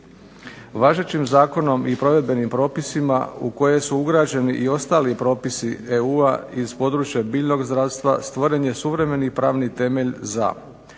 Važećim zakonom i provedbenim propisima u koje su ugrađeni i ostali propisi EU-a iz područja biljnog zdravstva, stvoren je suvremeni i pravni temelj za